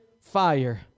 fire